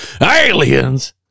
Aliens